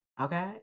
Okay